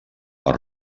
als